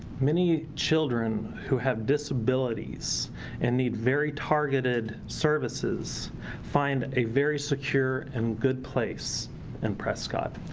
many children who have disabilities and need very targeted services find a very secure and good place in prescott.